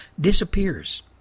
disappears